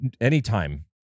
anytime